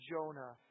Jonah